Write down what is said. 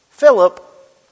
Philip